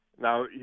Now